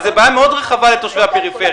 אז זו בעיה מאוד רחבה לתושבי הפריפריה.